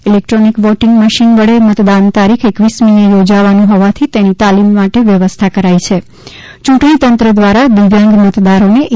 electronics વોંટીગ machine વડે મતદાન તારીખ એકવીસમીએ યોજાવાનું હોવાથી તેની તાલીમ માટે વ્યવસ્થા કરાઇ છે યૂંટણીતંત્ર દ્વારા દિવ્યાંગ મતદારને ઇ